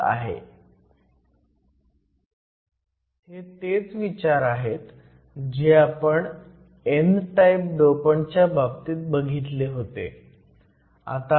हे तेच विचार आहेत जे आपण n टाईप डोपंटच्या बाबतीत बघितले होते